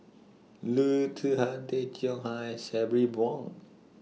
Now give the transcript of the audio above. Loo Zihan Tay Chong Hai Sabri Buang